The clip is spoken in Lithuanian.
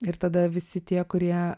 ir tada visi tie kurie